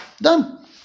done